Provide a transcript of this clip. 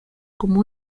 como